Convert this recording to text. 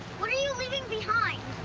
what are you leaving behind?